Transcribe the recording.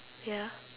ya